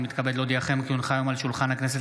אני מתכבד להודיעכם כי הונחו היום על שולחן הכנסת,